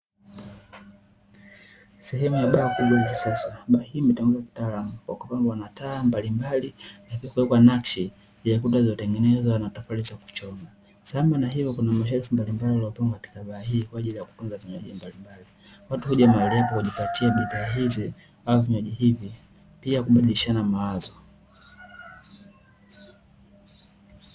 Sehemu ya baa kubwa na ya kisasa ,baa hii imetengenezwa kitaalamu wa kupambwa na taa mbalimbali na vilikuwepo nakshi vyenye kuta zilitengeneza na tofali za kuchoma samba na hiyo kuna mashelufu mbalimbali yaliyo pangwa katika baa hiyo kwa ajili ya kutunza vinywaji mbalimbali watu huja mahali hapo kujipatia vinywaji bidhaa hizi au vinywaji hivi pia kubadilishana mawazo.